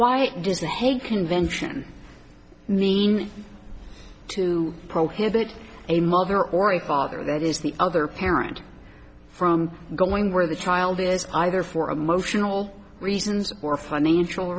why does the hague convention mean to prohibit a mother or a father that is the other parent from going where the child is either for emotional reasons or financial